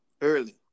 early